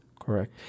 Correct